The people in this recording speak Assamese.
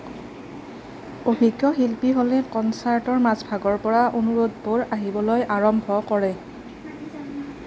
অভিজ্ঞ শিল্পী হ'লে কনচাৰ্টৰ মাজভাগৰ পৰা অনুৰোধবোৰ আহিবলৈ আৰম্ভ কৰে